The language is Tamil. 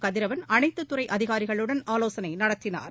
கதிரவன் அனைத்துத் துறை அதிகாரிகளுடன் ஆலோசனை நடத்தினார்